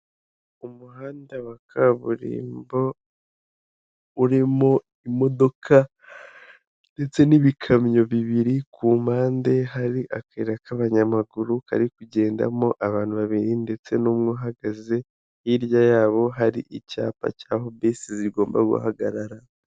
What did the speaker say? Umuhanda wa kaburimbo urimo imodoka ndetse n'ibikamyo bibiri ku mpande hari akayira k'abanyamaguru kari kugendamo abantu babiri ndetse n'umwe uhagaze hirya yabo hari icyapa cyaho bisi zigomba guhagarara.